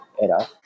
era